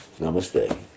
Namaste